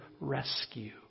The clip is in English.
rescue